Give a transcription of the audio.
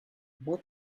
what